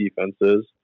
defenses